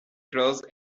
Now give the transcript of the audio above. closed